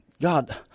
God